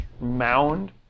mound